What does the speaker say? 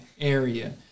area